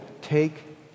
take